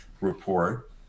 report